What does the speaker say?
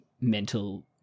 mental